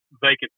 vacant